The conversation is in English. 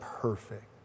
perfect